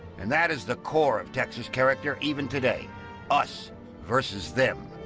and that is the core of texas character, even today us versus them.